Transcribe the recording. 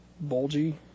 bulgy